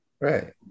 Right